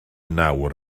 nawr